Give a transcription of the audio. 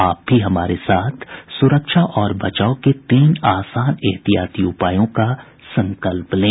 आप भी हमारे साथ सुरक्षा और बचाव के तीन आसान एहतियाती उपायों का संकल्प लें